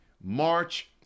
March